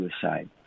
suicide